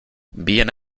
bien